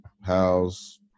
house